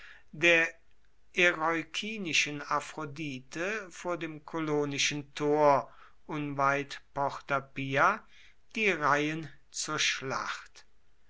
der erykinischen aphrodite vor dem collinischen tor unweit porta pia die reihen zur schlacht